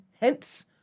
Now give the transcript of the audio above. Hence